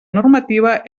normativa